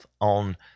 on